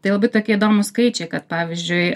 tai labai tokie įdomūs skaičiai kad pavyzdžiui